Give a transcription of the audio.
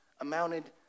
amounted